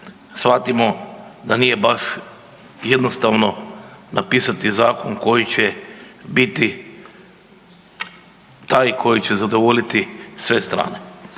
shvatimo da nije baš jednostavno napisati zakon koji će biti taj koji će zadovoljiti sve strane.